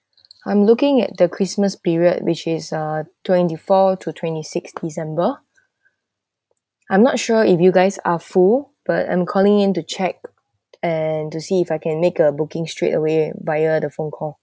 I'm looking at the christmas period which is uh twenty four to twenty six december I'm not sure if you guys are full but I'm calling in to check and to see if I can make a booking straight away via the phone call